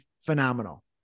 phenomenal